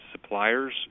suppliers